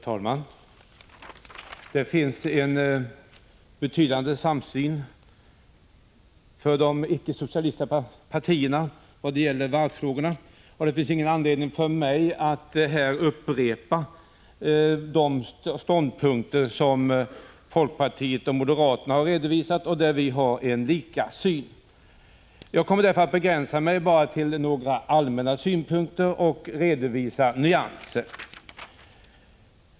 Fru talman! Det finns en betydande samsyn hos de icke-socialistiska partierna vad gäller varvsfrågorna, och det finns ingen anledning för mig att här upprepa de ståndpunkter som folkpartiet och moderaterna har redovisat och där vår syn på frågorna är lika. Jag kommer därför att begränsa mig till några allmänna synpunkter och redovisa nyanser.